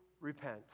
repent